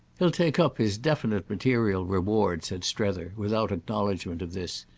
he'll take up his definite material reward, said strether without acknowledgement of this.